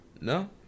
No